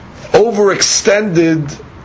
overextended